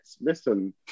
listen